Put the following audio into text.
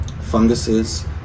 funguses